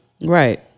Right